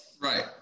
Right